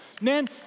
Man